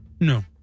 No